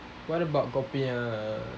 what about copy ah